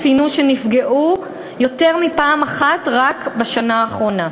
ציינו שנפגעו יותר מפעם אחת רק בשנה האחרונה.